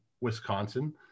Wisconsin